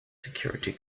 security